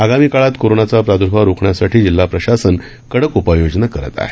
आगामी काळात कोरोनाचा प्राद्र्भाव रोखण्यासाठी जिल्हा प्रशासन कडक उपाय योजना करत आहे